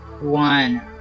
one